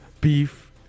beef